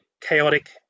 chaotic